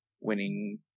winning